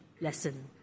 lesson